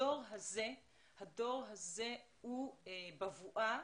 הדור הזה הוא בבואה